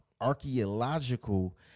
Archaeological